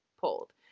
pulled